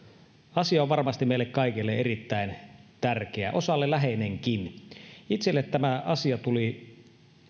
asia on varmasti meille kaikille erittäin tärkeä osalle läheinenkin itselle tämä asia tuli